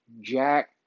jack